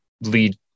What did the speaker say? lead